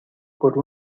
por